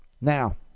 now